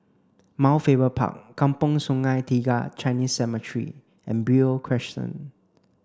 Mount Faber Park Kampong Sungai Tiga Chinese Cemetery and Beo Crescent